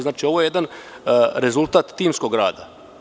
Znači, ovo je jedan rezultat timskog rada.